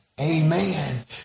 Amen